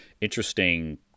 interesting